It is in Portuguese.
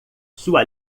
sua